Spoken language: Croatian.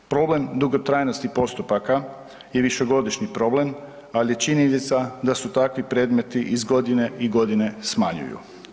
Problem dugotrajnosti postupaka je višegodišnji problem, ali i činjenica da su takvi predmeti iz godine u godinu smanjuju.